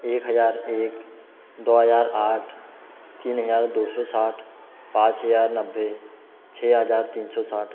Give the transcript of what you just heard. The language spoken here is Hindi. एक हज़ार एक दो हज़ार आठ तीन हज़ार दो सौ साठ पाँच हज़ार नब्बे छः हज़ार तीन सौ साठ